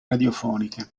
radiofoniche